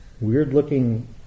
weird-looking